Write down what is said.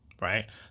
right